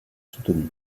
soutenue